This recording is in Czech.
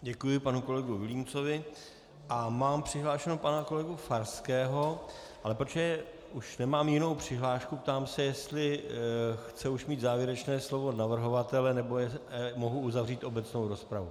Děkuji panu kolegovi Vilímcovi a mám přihlášeného pana kolegu Farského, ale protože už nemám jinou přihlášku, ptám se, jestli chce už mít závěrečné slovo navrhovatele mohu uzavřít obecnou rozpravu?